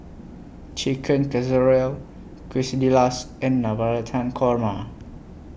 Chicken Casserole Quesadillas and Navratan Korma